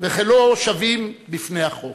ולא שווים בפני החוק,